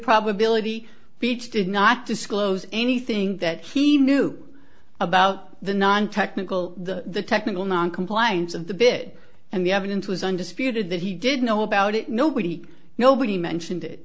probability beach did not disclose anything that he knew about the nontechnical the technical noncompliance of the bid and the evidence was undisputed that he did know about it nobody nobody mentioned